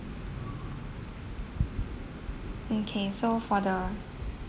okay so for the